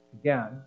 again